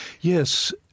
Yes